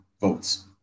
votes